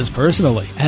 personally